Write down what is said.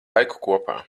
laiku